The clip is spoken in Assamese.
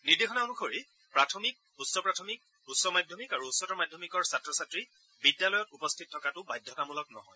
নিৰ্দেশনা অনুসৰি প্ৰাথমিক উচ্চ প্ৰাথমিক উচ্চ মাধ্যমিক আৰু উচ্চতৰ মাধ্যমিকৰ ছাত্ৰ ছাত্ৰী বিদ্যালয়ত উপস্থিত থকাটো বাধ্যতামূলক নহয়